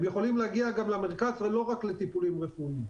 הם יכולים להגיע למרכז לא רק לטיפולים רפואיים.